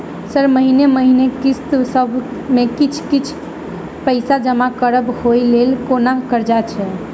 Sir महीने महीने किस्तसभ मे किछ कुछ पैसा जमा करब ओई लेल कोनो कर्जा छैय?